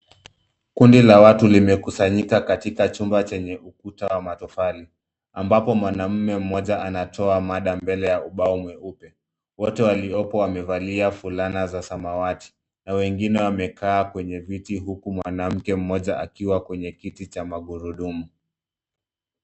Kundi la watu limekusanyika katika jumba chenye ukuta wa matofali ambapo mwanamume moja anatoa Madam mbele ya ubao mweupe, wote waliopo wamevalia fulani za zamawati na wengine wamekaa kwenye viti huku mwanamke moja akiwa kwenye kiti cha magurudumu.